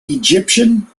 egyptian